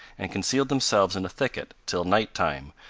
and concealed themselves in a thicket till night-time,